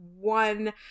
one